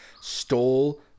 stole